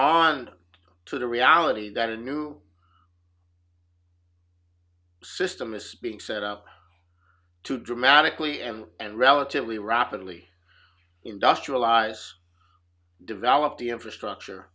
on to the reality that a new system is being set up to dramatically and relatively rapidly industrialize develop the infrastructure